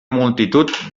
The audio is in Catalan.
multitud